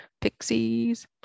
Pixies